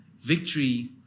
victory